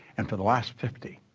and for the last fifty,